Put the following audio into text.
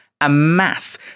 amass